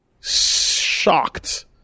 shocked